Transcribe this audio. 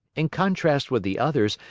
in contrast with the others,